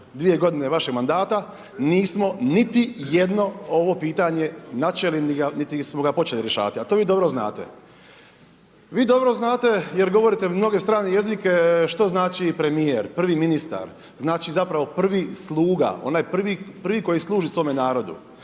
2 godine vašeg mandata nismo niti jedno ovo pitanje načeli niti smo ga počeli rješavati a to vi dobro znate. Vi dobro znate jer govorite mnoge strane jezike što znači premijer, prvi ministar. Znači zapravo prvi sluga, onaj prvi koji služi svome narodu.